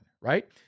right